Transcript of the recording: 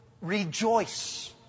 rejoice